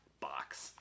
box